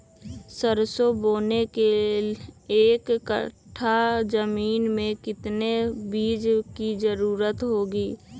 सरसो बोने के एक कट्ठा जमीन में कितने बीज की जरूरत होंगी?